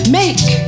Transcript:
make